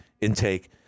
intake